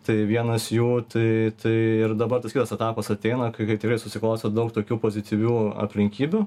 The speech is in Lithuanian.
tai vienas jų tai tai ir dabar tas kitas etapas ateina kai kai tikrai susiklostė daug tokių pozityvių aplinkybių